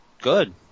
Good